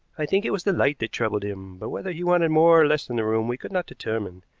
i think it was the light that troubled him, but whether he wanted more or less in the room we could not determine.